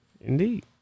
Indeed